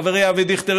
חברי אבי דיכטר,